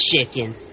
chicken